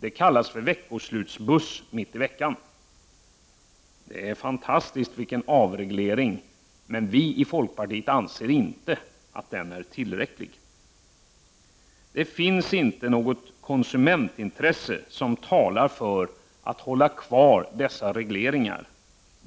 Detta kallas veckoslutsbuss mitt i veckan. Vilken fantastisk avreglering! Vi i folkpartiet anser inte att detta är tillräckligt. Det finns inte något konsumentintresse som talar för ett behållande av regleringarna